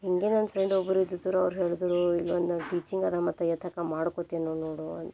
ಹೀಗೆ ನನ್ನ ಫ್ರೆಂಡ್ ಒಬ್ಬರು ಇದ್ದದ್ರು ಅವರು ಹೇಳಿದ್ರು ಇಲ್ಲೊಂದು ಟೀಚಿಂಗ್ ಅದ ಮತ್ತೆ ಎತ್ತಕಾ ಮಾಡ್ಕೋತಿಯನೋ ನೋಡು ಅಂತ